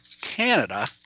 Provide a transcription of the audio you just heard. Canada